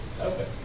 Okay